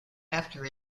after